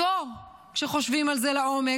שכשחושבים על זה לעומק,